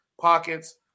pockets